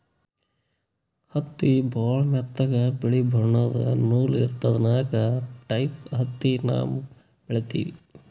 ಹತ್ತಿ ಭಾಳ್ ಮೆತ್ತಗ ಬಿಳಿ ಬಣ್ಣದ್ ನೂಲ್ ಇರ್ತದ ನಾಕ್ ಟೈಪ್ ಹತ್ತಿ ನಾವ್ ಬೆಳಿತೀವಿ